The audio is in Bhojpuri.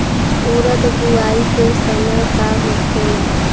उरद बुआई के समय का होखेला?